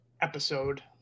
episode